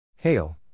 Hail